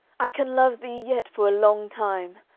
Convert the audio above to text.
i can love thee yet for a long time.